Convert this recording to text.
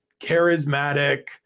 charismatic